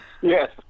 Yes